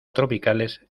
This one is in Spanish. tropicales